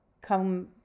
come